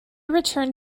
returned